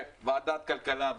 ועדת כלכלה,